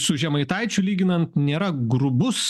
su žemaitaičiu lyginan nėra grubus